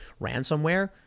Ransomware